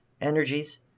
energies